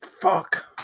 Fuck